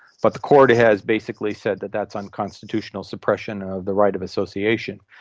but the court has basically said that that's unconstitutional suppression of the right of association.